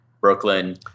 brooklyn